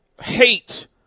Hate